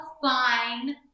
fine